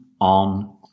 on